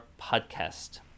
podcast